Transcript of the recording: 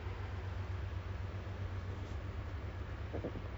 transit from singapore to malaysia vice versa